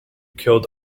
killed